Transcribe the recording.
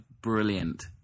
brilliant